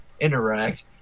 interact